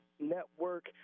network